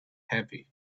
happy